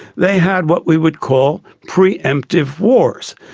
they had what we would call pre-emptive wars,